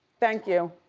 thank you.